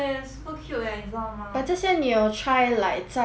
这些你有 try like 在上网找吗